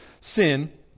sin